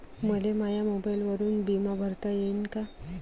मले माया मोबाईलवरून बिमा भरता येईन का?